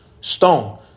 stone